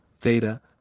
Theta